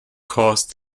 caused